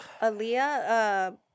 Aaliyah